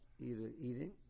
eating